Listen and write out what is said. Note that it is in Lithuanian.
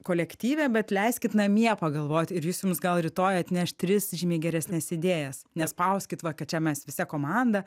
kolektyve bet leiskit namie pagalvot ir jis jums gal rytoj atneš tris žymiai geresnes idėjas nespauskit va kad čia mes visa komanda